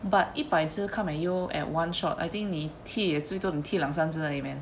but 一百只 come at you at one shot I think 你踢也最多能踢两三只而已 man